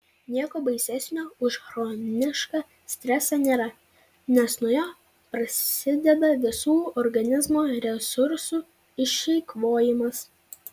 nieko baisesnio už chronišką stresą nėra nes nuo jo prasideda visų organizmo resursų išeikvojimas